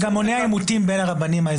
זה גם מונע עימותים בין הרבנים האזוריים.